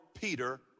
Peter